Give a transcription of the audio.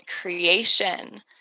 creation